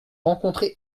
rencontré